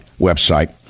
website